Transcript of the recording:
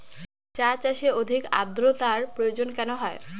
চা চাষে অধিক আদ্রর্তার প্রয়োজন কেন হয়?